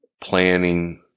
planning